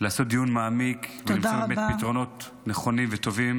לעשות דיון מעמיק ולמצוא באמת פתרונות נכונים וטובים